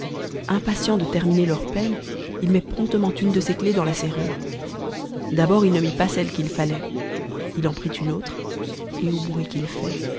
impatient de terminer leurs peines il met promptement une de ses clefs dans la serrure d'abord il ne mit pas cette qu'il tattait il en prend une autre et au bruit qu'il fait